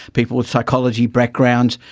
people with psychology backgrounds,